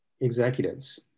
executives